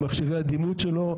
עם מכשירי הדימות שלו,